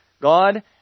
God